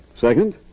Second